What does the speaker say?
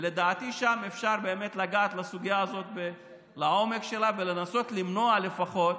ולדעתי שם אפשר באמת לגעת בסוגיה הזאת בעומק שלה ולנסות למנוע לפחות